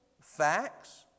facts